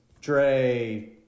Dre